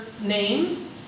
name